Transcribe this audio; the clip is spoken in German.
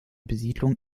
besiedelung